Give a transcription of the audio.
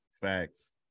Facts